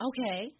Okay